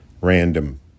random